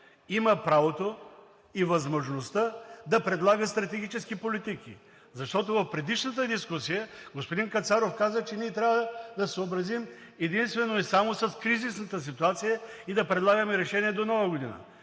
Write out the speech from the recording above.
има правото и възможността да предлага стратегически политики. Защото в предишната дискусия господин Кацаров каза, че ние трябва да се съобразим единствено и само с кризисната ситуация и да предлагаме решения до Нова година.